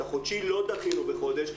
את החודשי לא דחינו בחודש,